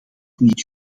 niet